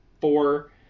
four